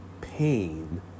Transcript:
pain